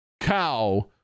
cow